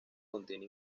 contiene